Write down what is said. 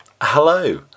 Hello